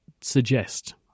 suggest